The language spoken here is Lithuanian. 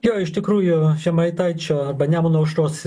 jo iš tikrųjų žemaitaičio arba nemuno aušros